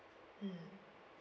mm